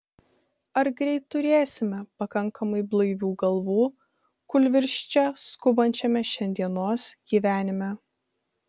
ar greit turėsime pakankamai blaivių galvų kūlvirsčia skubančiame šiandienos gyvenime